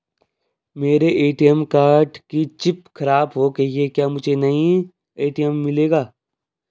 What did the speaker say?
मेरे ATM card की chip खराब हो गयी है क्या मुझे नया ए.टी.एम मिलेगा?